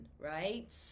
right